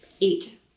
Eight